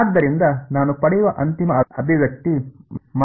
ಆದ್ದರಿಂದ ನಾನು ಪಡೆಯುವ ಅಂತಿಮ ಅಭಿವ್ಯಕ್ತಿ ಆಗಿದೆ